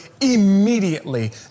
immediately